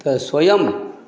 तऽ स्वयं